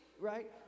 right